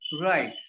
Right